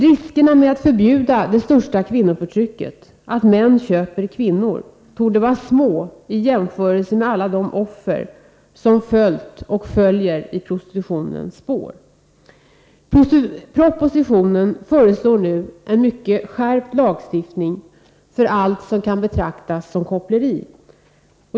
Riskerna med att förbjuda det största kvinnoförtrycket, att män köper kvinnor, torde vara små i jämförelse med alla de offer som följt, och följer, i prostitutionens spår. Propositionen föreslår en mycket skärpt lagstiftning för allt som kan betraktas som koppleri.